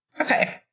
Okay